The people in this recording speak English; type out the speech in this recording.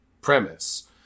premise